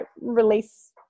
release